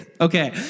Okay